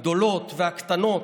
הגדולות והקטנות,